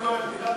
דילגת.